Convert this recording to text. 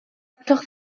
gallwch